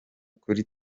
kuri